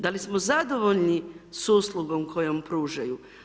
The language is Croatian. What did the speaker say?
Da li smo zadovoljni s uslugom kojom pružaju?